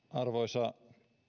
arvoisa